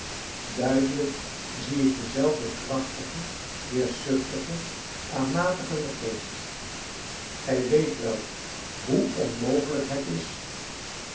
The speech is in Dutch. doorstralen duidelijk zie ik denzelfden krachtigen heerschzuchtigen aanmatigenden geest gij weet wel hoe onmogelijk het is